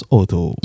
Auto